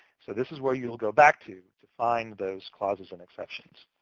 so this is where you'll go back to to find those clauses and exceptions.